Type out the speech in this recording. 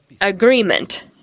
agreement